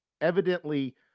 evidently